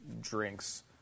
drinks